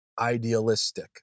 idealistic